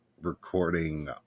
recording